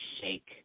shake